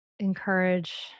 encourage